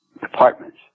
departments